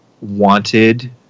wanted